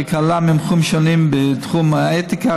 שכללה מומחים שונים בתחום האתיקה,